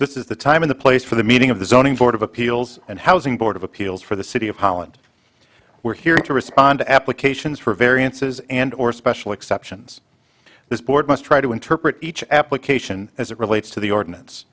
this is the time in the place for the meeting of the zoning board of appeals and housing board of appeals for the city of holland we're here to respond to applications for variances and or special exceptions this board must try to interpret each application as it relates to the ordinance